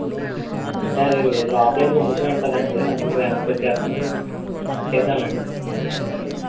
అంటే అది లోపల ఎదో ఉండిపోయి ఉంటుందండి అందుకే వెనక్కి వచ్చేస్తున్నాయి చేద్దాము లేండి